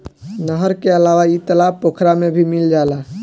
नहर के अलावा इ तालाब पोखरा में भी मिल जाला